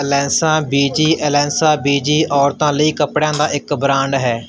ਅਲੈਂਸਾ ਬੀਜੀ ਅਲੈਂਸਾ ਬੀਜੀ ਔਰਤਾਂ ਲਈ ਕੱਪੜਿਆਂ ਦਾ ਇੱਕ ਬ੍ਰਾਂਡ ਹੈ